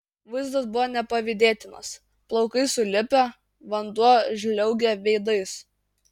vaizdas buvo nepavydėtinas plaukai sulipę vanduo žliaugia veidais